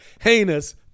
Heinous